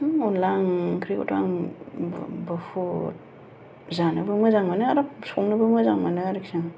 अनला ओंख्रिखौथ' आं बहुथ जानोबो मोजां मोनो आरो संनोबो मोजां मोनो आरोखि आं